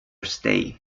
stay